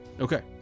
Okay